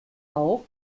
auch